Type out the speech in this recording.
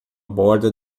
borda